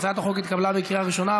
הצעת החוק התקבלה בקריאה ראשונה,